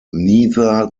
neither